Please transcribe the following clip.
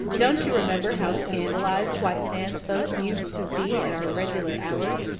don't you remember how scandalized white sands folks used to be at our irregular hours?